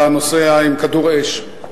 אתה נוסע עם כדור אש,